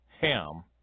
Ham